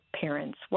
parents